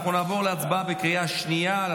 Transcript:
אנחנו נעבור להצבעה בקריאה שנייה על